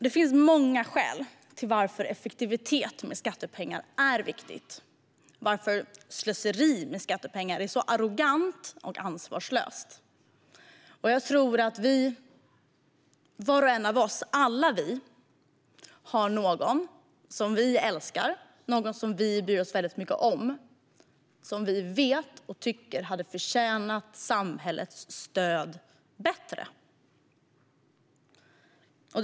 Det finns många skäl till att effektivitet med skattepengar är viktigt och att slöseri med skattepengar är arrogant och ansvarslöst. Jag tror att var och en av oss har någon som vi älskar och bryr oss väldigt mycket om och som hade förtjänat bättre stöd från samhället.